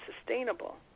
sustainable